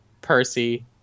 Percy